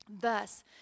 Thus